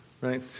right